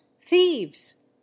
Thieves